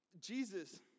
Jesus